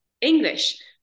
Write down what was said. English